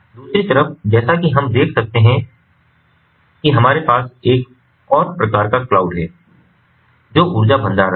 दूसरी तरफ जैसा कि हम देख सकते हैं कि हमारे पास एक और प्रकार का क्लाउड है जो ऊर्जा भंडारण है